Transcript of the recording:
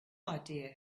idea